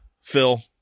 Phil